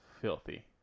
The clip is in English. filthy